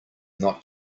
not